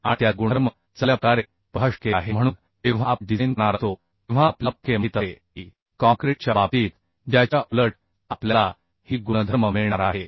आणि त्याचे गुणधर्म चांगल्या प्रकारे परिभाषित केले आहेत म्हणून जेव्हा आपण डिझाइन करणार असतो तेव्हा आपल्याला पक्के माहित असते की काँक्रीटच्या बाबतीत ज्याच्या उलट आपल्याला ही गुणधर्म मिळणार आहे